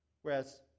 Whereas